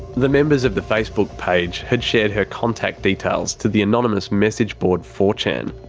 the members of the facebook page, had shared her contact details to the anonymous message board four chan.